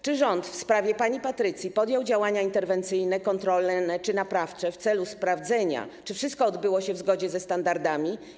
Czy w sprawie pani Patrycji rząd podjął działania interwencyjne, kontrolne czy naprawcze w celu sprawdzenia, czy wszystko odbyło się w zgodzie ze standardami?